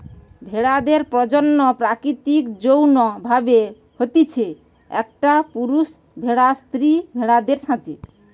ভেড়াদের প্রজনন প্রাকৃতিক যৌন্য ভাবে হতিছে, একটা পুরুষ ভেড়ার স্ত্রী ভেড়াদের সাথে